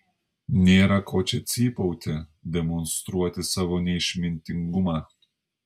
nėra ko čia cypauti demonstruoti savo neišmintingumą